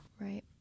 Right